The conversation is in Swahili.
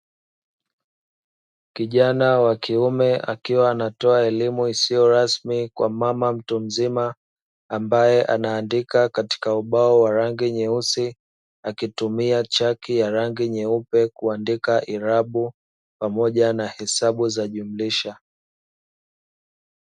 Kijana wa kiume, akiwa anatoa elimu isiyo rasmi kwa mama mtu mzima, ambaye anaandika katika ubao wa rangi nyeusi, akitumia chaki ya rangi nyeupe kuandika irabu pamoja na hesabu za jumlisha.